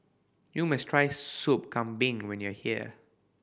you must try Sop Kambing when you are here